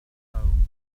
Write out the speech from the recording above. home